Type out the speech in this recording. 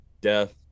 death